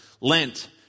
Lent